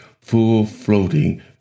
full-floating